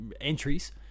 entries